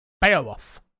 Beowulf